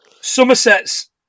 Somerset's